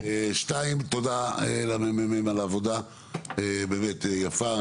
שתיים, תודה לממ"מ על עבודה באמת יפה.